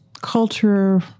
culture